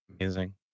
Amazing